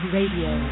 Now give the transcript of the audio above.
Radio